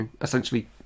essentially